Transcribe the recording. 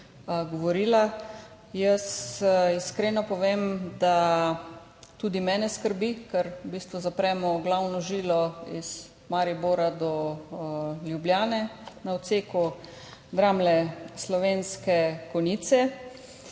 govorila. Iskreno povem, da tudi mene skrbi, ker v bistvu zapremo glavno žilo od Maribora do Ljubljane na odseku Dramlje–Slovenske Konjice.